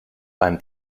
beim